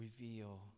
reveal